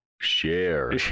share